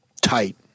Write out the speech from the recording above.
tight